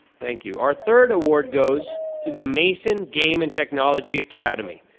thank you. our third award goes to the mason game and technology academy.